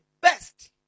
best